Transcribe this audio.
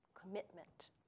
commitment